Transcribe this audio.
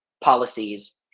policies